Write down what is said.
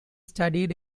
studied